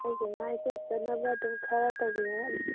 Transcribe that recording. ꯑꯩꯒꯤ ꯃꯥꯏ ꯆꯣꯞꯇꯅꯕ ꯑꯗꯨꯝ ꯈꯔ ꯇꯧꯕꯤꯌꯣ